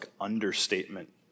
understatement